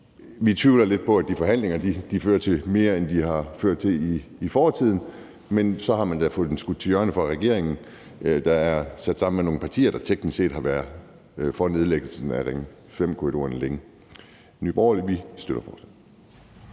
vi tvivler lidt på, at de forhandlinger fører til mere, end de har ført til i fortiden, men så har regeringen, der er sat sammen af nogle partier, der teknisk set har været for nedlæggelsen af Ring 5-korridoren længe, da fået skudt